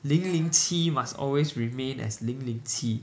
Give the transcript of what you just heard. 零零七 must always remain as 零零七